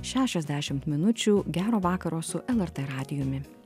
šešiasdešimt minučių gero vakaro su lrt radijumi